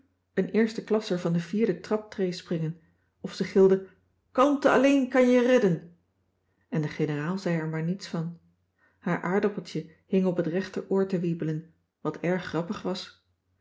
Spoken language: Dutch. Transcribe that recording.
een eerste klasser van de vierde traptree springen of ze gilde kalmte alleen kan je redden en de generaal zei er maar niets van haar aardappeltje hing op het rechteroor te wiebelen wat erg grappig was